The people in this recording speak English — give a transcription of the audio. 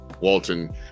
Walton